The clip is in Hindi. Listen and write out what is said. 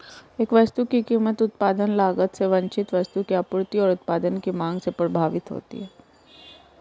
एक वस्तु की कीमत उत्पादन लागत से वांछित वस्तु की आपूर्ति और उत्पाद की मांग से प्रभावित होती है